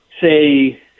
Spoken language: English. say